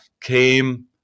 came